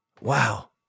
Wow